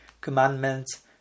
commandments